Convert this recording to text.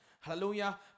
Hallelujah